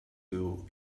will